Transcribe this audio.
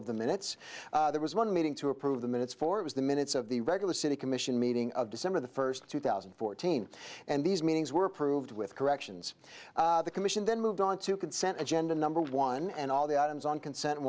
of the minutes there was one meeting to approve the minutes for it was the minutes of the regular city commission meeting of december the first two thousand and fourteen and these meetings were approved with corrections the commission then moved onto consent agenda number one and all the items on consent